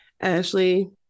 ashley